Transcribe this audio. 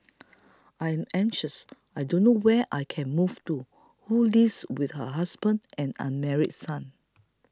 I'm anxious I don't know where I can move to who lives with her husband and unmarried son